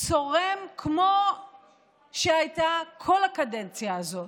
צורם כמו שהייתה כל הקדנציה הזאת.